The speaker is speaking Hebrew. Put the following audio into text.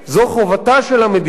זו חובתה של המדינה,